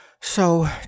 So